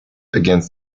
against